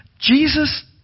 Jesus